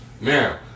Now